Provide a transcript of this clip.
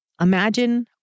Imagine